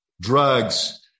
drugs